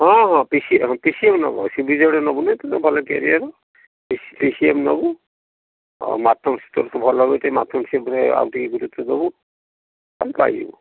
ହଁ ହଁ P C M P C M ନେବୁ ସି ବି ଜେଡ଼୍ ନେବୁନି ଭଲ career P C P C M ନେବୁ ଆଉ ମ୍ୟାଥମେଟିକ୍ସ ତୋର ତ ଭଲ ହେଉଛି ମ୍ୟାଥମେଟିକ୍ସ ମାନେ ଆଉ ଟିକେ ଗୁରୁତ୍ୱ ଦବୁ ଫାଙ୍କା ହେଇଯିବୁ